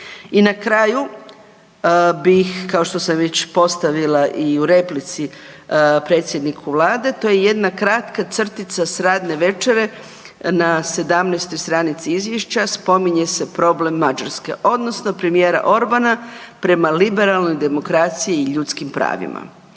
I na kraju bih kao što sam već postavila i u replici predsjedniku Vlade to je jedna kratka crtica s radne večere na 17. stranici izvješća, spominje se problem Mađarske odnosno premijer Orbana prema liberalnoj demokraciji i ljudskim pravima.